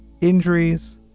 injuries